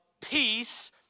peace